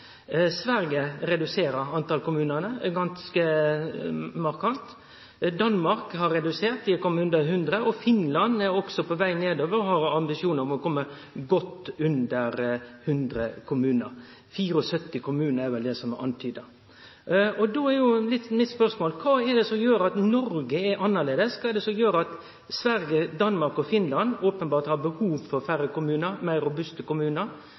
veg nedover og har ambisjon om å kome godt under 100 kommunar – 74 kommunar er vel det som er antyda. Då er mitt spørsmål: Kva er det som gjer at Noreg er annleis? Kva er det som gjer at Sverige, Danmark og Finland openbert har behov for færre kommunar, meir robuste kommunar,